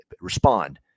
respond